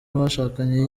bashakanye